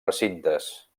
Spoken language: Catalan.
recintes